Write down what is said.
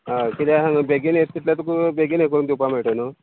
हय किद्या सांग बेगीन येत कितल्या तुका बेगीन हें करून दिवपा मेळटा न्हू